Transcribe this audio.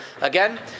Again